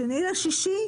הדבר הזה,